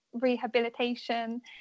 rehabilitation